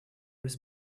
his